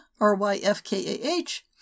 R-Y-F-K-A-H